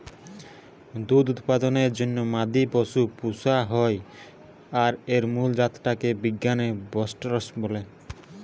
দুধ উৎপাদনের জন্যে মাদি পশু পুশা হয় আর এর মুল জাত টা কে বিজ্ঞানে বস্টরস বলে